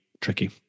tricky